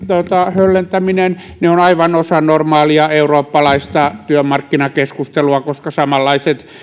höllentäminen ovat osa aivan normaalia eurooppalaista työmarkkinakeskustelua koska samanlaiset